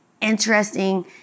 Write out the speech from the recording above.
Interesting